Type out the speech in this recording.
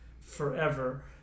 forever